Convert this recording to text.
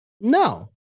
No